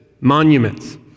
Monuments